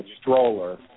stroller